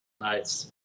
Nice